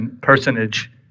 personage